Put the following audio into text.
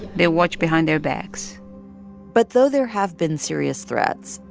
they watch behind their backs but though there have been serious threats,